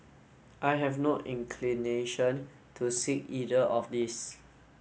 I have not inclination to seek either of these